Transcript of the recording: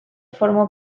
formó